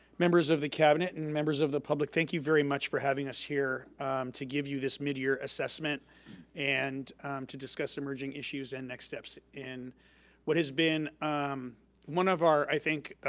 members of the cabinet and members of the public. thank you very much for having us here to give you this mid-year assessment and to discuss emerging issues and next steps in what has been um one of our, i think,